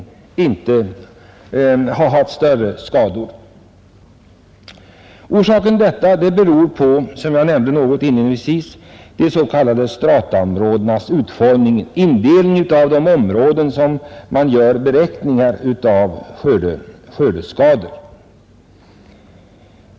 Orsaken till detta är, som jag nämnde inledningsvis, de s.k. strataområdenas utformning, dvs. den indelning i områden efter vilken man gör beräkningarna.